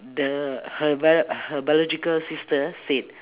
the her bio~ her biological sister said